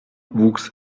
wuchs